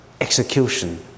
execution